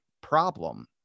problem